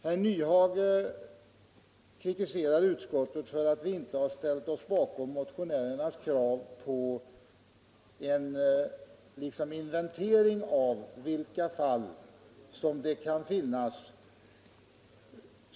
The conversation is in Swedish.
Herr Nyhage kritiserar utskottet för att vi inte ställt oss bakom motionärernas krav på en inventering av hur många sjukdomsfall det finns.